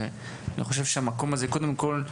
ואני חושב שהמקום הזה קודם כל,